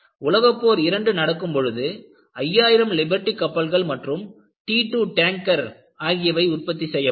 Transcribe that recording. உலகப் போர் 2 நடக்கும் பொழுது 5000 லிபர்டி கப்பல்கள் மற்றும் T 2 டேங்கர் ஆகியவை உற்பத்தி செய்யப்பட்டன